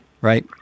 right